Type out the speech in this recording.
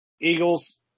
Eagles